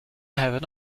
have